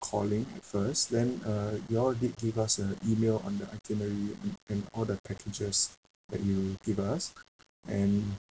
calling it first then uh you all did give us an email on the itinerary and and all the criteria that you give us and